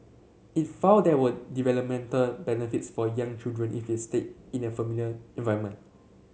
it found there were developmental benefits for young children if they stayed in a familiar environment